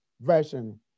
version